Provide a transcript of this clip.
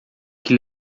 que